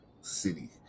City